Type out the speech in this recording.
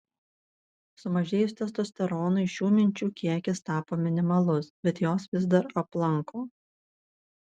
sumažėjus testosteronui šių minčių kiekis tapo minimalus bet jos vis dar aplanko